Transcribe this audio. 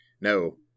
No